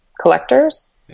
collectors